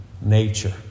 nature